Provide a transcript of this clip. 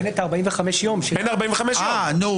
אין את ה-45 יום --- כמו ממשלתי.